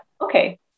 okay